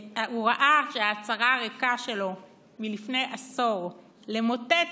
הוא ראה שההצהרה הריקה שלו מלפני עשור למוטט